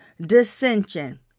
dissension